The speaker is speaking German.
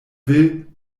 will